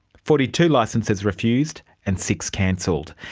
forty two licences refused, and six cancelled.